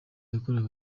yakorewe